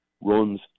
runs